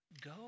Go